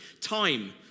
time